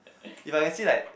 if I can see like